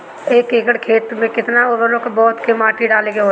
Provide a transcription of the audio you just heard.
एक एकड़ खेत में के केतना उर्वरक बोअत के माटी डाले के होला?